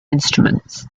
instruments